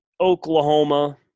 Oklahoma